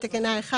בתקנה 1